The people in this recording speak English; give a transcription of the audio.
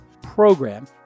program